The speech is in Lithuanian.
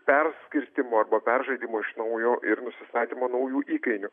perskirstymo arba peržaidimo iš naujo ir nusistatymo naujų įkainių